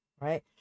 Right